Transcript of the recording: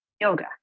yoga